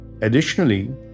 Additionally